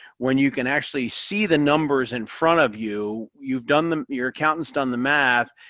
when you can actually see the numbers in front of you. you've done them, your accountant's done the math,